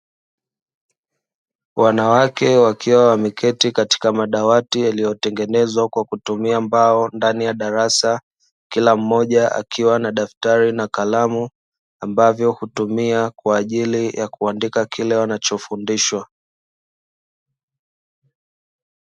Wanawake wakiwa wameketi katika madawati yaliyotengenezwa kwa kutumia mbao mdani ya darasa, kila mmoja akiwa na daftari na kalamu ambavyo hutumika kwa ajili ya kuandika kile wanachofundishwa.